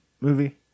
movie